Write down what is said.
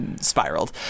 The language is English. spiraled